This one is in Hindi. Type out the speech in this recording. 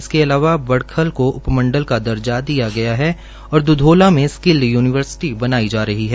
इसके अलावा बडखल को उपमंडल का दर्जा दिया गया है और द्धोला में स्क्ल य्निवर्सिटी बनाई जा रही है